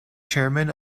chairman